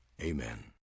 Amen